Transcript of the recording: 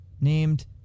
named